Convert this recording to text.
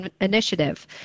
initiative